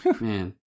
man